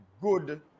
good